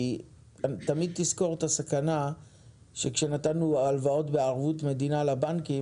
כי תמיד תזכור את הסכנה שכשנתנו הלוואות בערבות מדינה לבנקים,